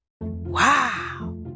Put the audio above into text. wow